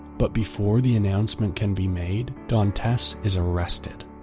but before the announcement can be made, dantes is arrested.